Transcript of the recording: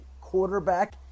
quarterback